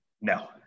No